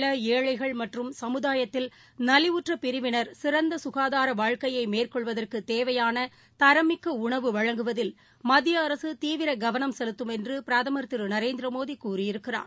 உள்ளஏழைகள் சமுதாயத்தில் நலிவுற்றப் பிரிவினர் நாட்டில் மற்றம் சிறந்தககாதாரவாழ்க்கையைமேற்கொள்வதற்குதேவையானதரமிக்கஉணவு வழங்குவதில் மத்தியஅரசுதீவிரகவனம் செலுத்தும் என்றுபிரதமர் திருநரேந்திரமோடிகூறியிருக்கிறார்